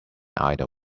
either